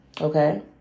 Okay